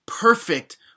perfect